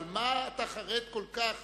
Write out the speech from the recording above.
אבל מה אתה חרד כל כך